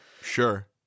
Sure